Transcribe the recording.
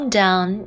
down